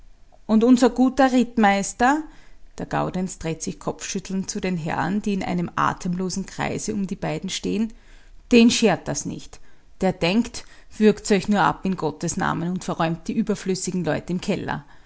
und unser guter rittmeister der gaudenz dreht sich kopfschüttelnd zu den herren die in einem atemlosen kreise um die beiden stehen den schert das nicht der denkt würgt's euch nur ab in gottes namen und verräumt die überflüssigen leut im keller